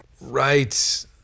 Right